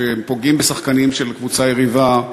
כשהם פוגעים בשחקנים של קבוצה יריבה,